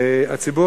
והציבור